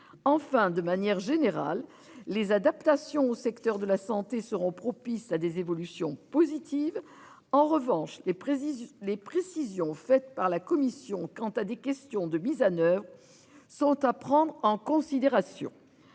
Enfin de manière générale les adaptations au secteur de la santé seront propices à des évolutions positives. En revanche, les précisions les précisions faites par la Commission. Quant à des questions de mise à 9h sont à prendre en considération.